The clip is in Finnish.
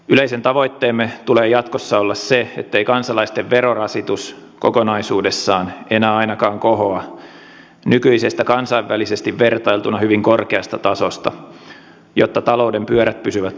yleisen tavoitteemme tulee jatkossa olla se ettei kansalaisten verorasitus kokonaisuudessaan enää ainakaan kohoa nykyisestä kansainvälisesti vertailtuna hyvin korkeasta tasosta jotta talouden pyörät pysyvät liikkeessä